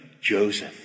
Joseph